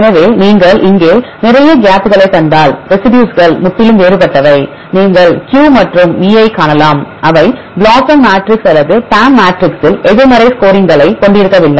எனவே நீங்கள் இங்கே நிறைய கேப்களைக் கண்டால் ரெசிடியூஸ்கள் முற்றிலும் வேறுபட்டவை நீங்கள் Q மற்றும் V ஐக் காணலாம் அவை BLOSUM மேட்ரிக்ஸ் அல்லது PAM மேட்ரிக்ஸில் எதிர்மறை ஸ்கோரிங்களைக் கொண்டிருக்கவில்லை